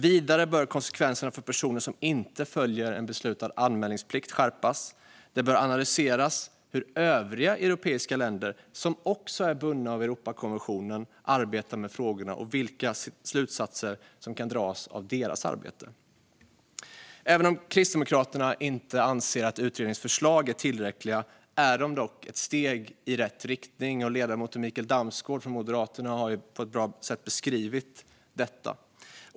Vidare bör konsekvenserna för personer som inte följer beslutad anmälningsplikt skärpas. Det bör även analyseras hur övriga europeiska länder som också är bundna av Europakonventionen arbetar med frågorna och vilka slutsatser som kan dras av deras arbete. Även om Kristdemokraterna inte anser att utredningens förslag är tillräckliga är de ett steg i rätt riktning. Ledamoten Mikael Damsgaard från Moderaterna har på ett bra sätt beskrivit detta.